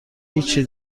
هیچی